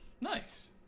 Nice